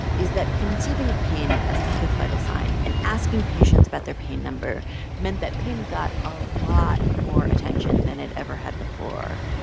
is that conceiving of pain as the fifth vital sign and asking patients about their pain number meant that pain got a lot more attention than it ever had before.